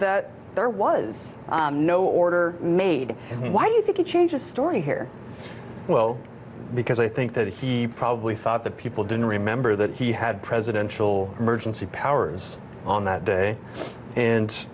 that there was no order made why do you think it changes story here well because i think that he probably thought that people didn't remember that he had presidential emergency powers on that day and